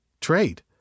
trade